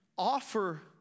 Offer